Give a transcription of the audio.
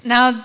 Now